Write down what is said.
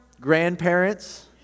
grandparents